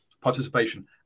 participation